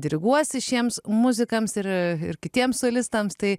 diriguosi šiems muzikams ir kitiems solistams tai